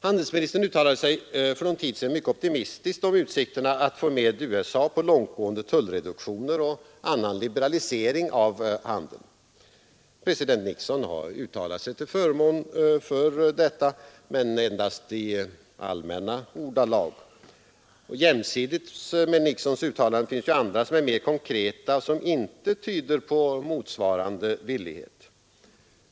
Handelsministern uttalade sig för någon tid sedan mycket optimistiskt om utsikterna att få med USA på långtgående tullreduktioner och annan liberalisering av handeln. President Nixon har uttalat sig till förmån för detta men endast i allmänna ordalag. Jämsides med Nixons uttalande finns ju andra som är mer konkreta och som inte tyder på motsvarande villighet.